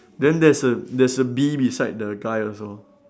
then there's a there's bee beside the guy also